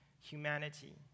humanity